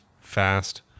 fast